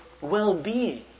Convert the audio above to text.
well-being